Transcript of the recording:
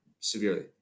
severely